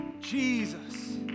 Jesus